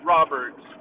Roberts